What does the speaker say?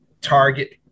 Target